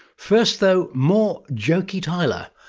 first though, more jokey tyler,